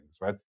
right